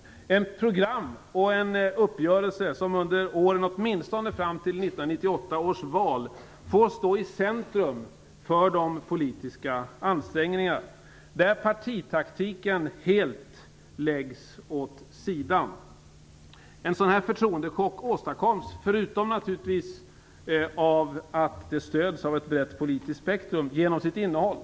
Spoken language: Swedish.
Det behövs ett program och en uppgörelse som åtminstone under åren fram till 1998 års val får stå i centrum för de politiska ansträngningarna och där partitaktiken helt läggs åt sidan. En sådan förtroendechock åstadkoms, förutom naturligtvis av att den stöds av ett brett politiskt spektrum, genom sitt innehåll.